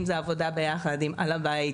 אם זה עבודה ביחד גם על הבית,